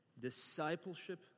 Discipleship